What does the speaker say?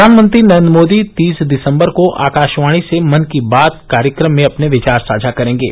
प्रधानमंत्री नरेन्द्र मोदी तीस दिसम्बर को आकाशवाणी से मन की बात कार्यक्रम में अपने विचार साझा करेंगे